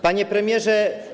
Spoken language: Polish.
Panie Premierze!